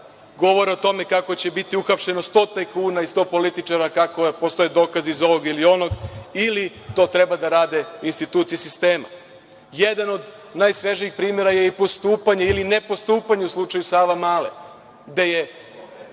govore o tome kako će da bude uhapšeno 100 tajkuna i 100 političara, kako postoje dokazi za ovog ili ono ili to treba da rade institucije sistema? Jedan od najsvežijih primera je i postupanje ili ne postupanje u slučaju Savamale, gde je